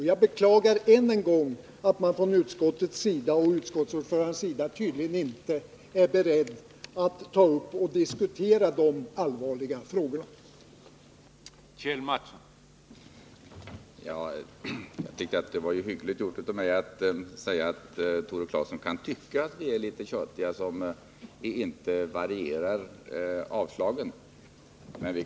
Jag beklagar ännu en gång att utskottets ordförande tydligen inte är beredd att ta upp dessa allvarliga frågor till diskussion.